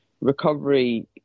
recovery